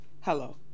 Hello